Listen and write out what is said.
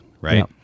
right